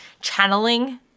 channeling